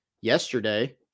yesterday